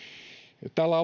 tällä